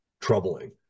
troubling